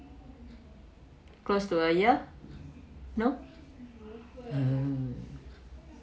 close to a year no um